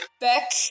Beck